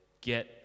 get